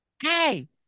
hey